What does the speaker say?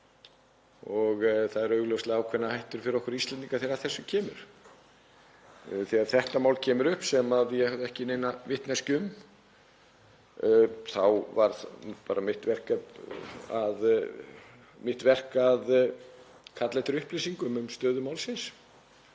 og það eru augljóslega ákveðnar hættur fyrir okkur Íslendinga þegar að þessu kemur. Þegar þetta mál kemur upp, sem ég hafði ekki neina vitneskju um, var það mitt verk að kalla eftir upplýsingum um stöðu málsins.